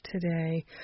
today